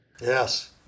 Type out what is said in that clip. yes